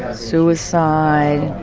suicide,